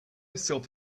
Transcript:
self